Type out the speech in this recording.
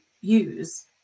use